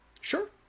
Sure